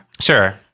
Sure